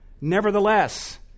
Nevertheless